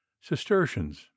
cistercians